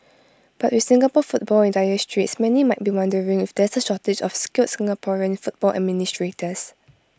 but with Singapore football in dire straits many might be wondering if there's A shortage of skilled Singaporean football administrators